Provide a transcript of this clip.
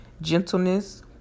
gentleness